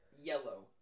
yellow